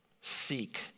seek